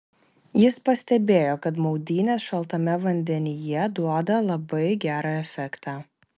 jis pastebėjo kad maudynės šaltame vandenyje duoda labai gerą efektą